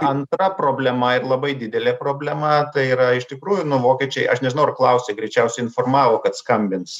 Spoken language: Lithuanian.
antra problema ir labai didelė problema tai yra iš tikrųjų nu vokiečiai aš nežinau ar klausė greičiausiai informavo kad skambins